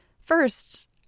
First